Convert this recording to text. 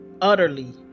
utterly